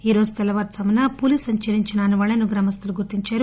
ఈరోజు తెల్లవారుజామున పులి సంచరించిన ఆనవాలను గ్రామస్తులు గుర్తించారు